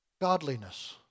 godliness